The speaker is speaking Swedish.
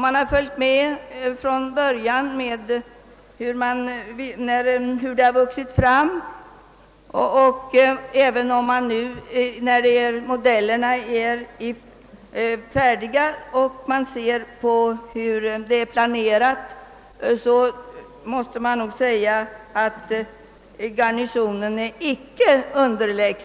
Den som från början följt med hur det senare projektet vuxit fram till planeringen enligt de färdiga modellerna har många belägg